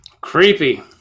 Creepy